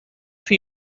for